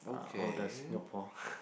uh of the Singapore